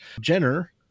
Jenner